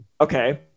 Okay